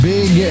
Big